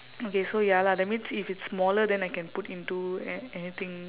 okay so ya lah that means if it's smaller then I can put into a~ anything